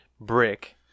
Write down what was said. Brick